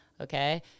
okay